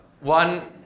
One